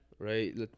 Right